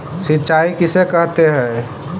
सिंचाई किसे कहते हैं?